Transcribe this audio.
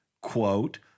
quote